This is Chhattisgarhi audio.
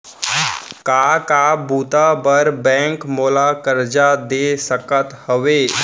का का बुता बर बैंक मोला करजा दे सकत हवे?